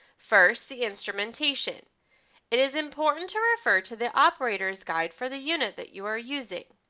first the instrumentation it is important to refer to the operators guide for the unit that you are using.